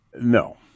No